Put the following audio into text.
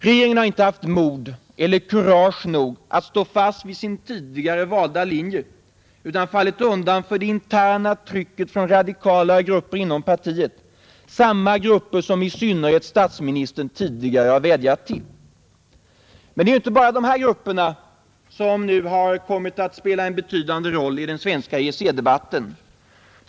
Regeringen har inte haft kurage nog att stå fast vid sin tidigare valda linje utan fallit undan för det interna trycket från radikala grupper inom partiet, samma grupper som i synnerhet statsministern tidigare har vädjat till. Men det är inte bara dessa grupper som nu har kommit att spela en betydande roll i den svenska EEC-debatten.